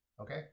Okay